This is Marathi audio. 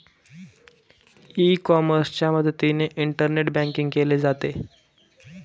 ई कॉमर्सच्या मदतीने इंटरनेट बँकिंग केले जाते